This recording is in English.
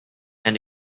and